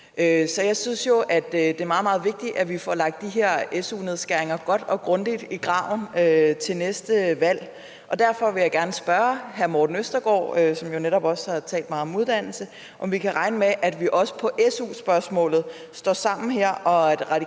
Så jeg synes jo, at det er meget, meget vigtigt, at vi får lagt de her SU-nedskæringer godt og grundigt i graven til næste valg. Og derfor vil jeg gerne spørge hr. Morten Østergaard, som jo netop også har talt meget om uddannelse, om vi kan regne med, at vi også på SU-spørgsmålet står sammen her, og at Radikale